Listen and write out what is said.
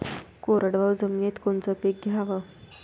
कोरडवाहू जमिनीत कोनचं पीक घ्याव?